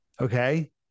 okay